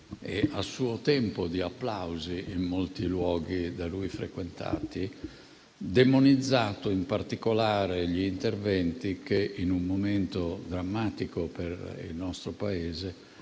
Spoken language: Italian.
e, a suo tempo, di applausi in molti luoghi da lui frequentati, demonizzato in particolare gli interventi che, in un momento drammatico per il nostro Paese,